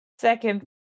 Second